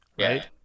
right